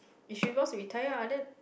if she goes retire ah then